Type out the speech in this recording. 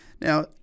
Now